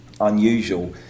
unusual